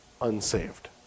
unsaved